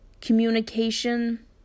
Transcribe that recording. communication